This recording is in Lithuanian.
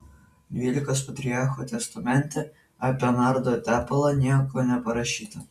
dvylikos patriarchų testamente apie nardo tepalą nieko neparašyta